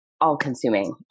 all-consuming